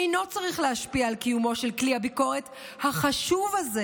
אינו צריך להשפיע על קיומו של כלי הביקורת החשוב הזה"